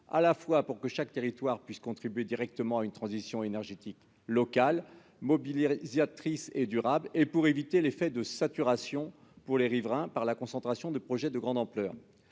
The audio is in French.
à la fois pour que chaque territoire puisse contribuer directement à une transition énergétique locale, mobilisatrice et durable, et pour éviter l'effet de saturation des riverains par la concentration de projets de grande ampleur.